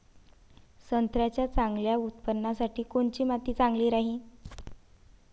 संत्र्याच्या चांगल्या उत्पन्नासाठी कोनची माती चांगली राहिनं?